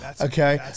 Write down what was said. Okay